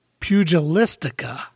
pugilistica